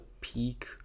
peak